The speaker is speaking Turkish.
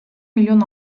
milyon